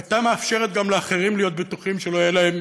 היו מאפשרות גם לאחרים להיות בטוחים שלא יהיה להם